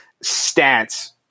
stance